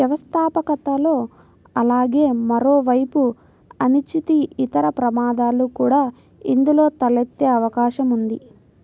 వ్యవస్థాపకతలో అలాగే మరోవైపు అనిశ్చితి, ఇతర ప్రమాదాలు కూడా ఇందులో తలెత్తే అవకాశం ఉంది